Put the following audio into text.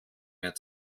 mehr